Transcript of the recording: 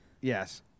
Yes